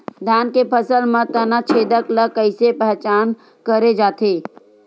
धान के फसल म तना छेदक ल कइसे पहचान करे जाथे?